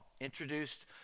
introduced